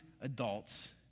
adults